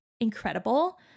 incredible